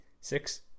Six